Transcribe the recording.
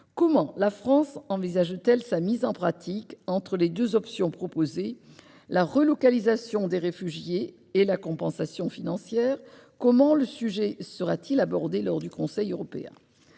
Comment la France envisage-t-elle sa mise en pratique entre les deux options proposées : la relocalisation des réfugiés et la compensation financière ? Comment le sujet sera-t-il abordé lors du Conseil européen ?